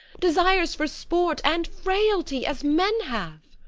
desires for sport, and frailty, as men have?